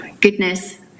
goodness